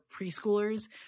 preschoolers